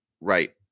right